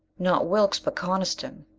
not wilks, but coniston!